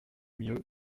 mieux